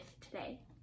today